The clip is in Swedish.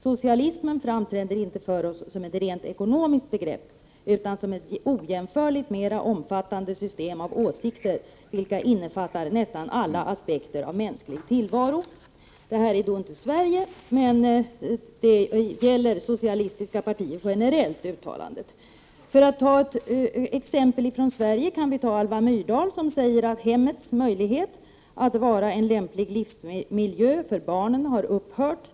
Socialismen framträder inte inför oss som ett rent ekonomiskt begrepp, utan som ett ojämförligt mera omfattande system av åsikter, vilka innefattar nästan alla aspekter av mänsklig tillvaro.” Det här är inte Sverige, men uttalandet gäller socialistiska partier generellt. För att få ett exempel från Sverige kan vi ta Alva Myrdal, som säger att hemmets möjlighet att vara lämplig livsmiljö för barnen har upphört.